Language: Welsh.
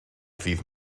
ddydd